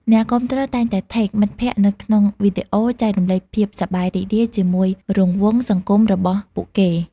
អ្នកគាំទ្រតែងតែ Tag មិត្តភក្តិនៅក្នុងវីដេអូ ចែករំលែកភាពសប្បាយរីករាយជាមួយរង្វង់សង្គមរបស់ពួកគេ។